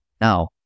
now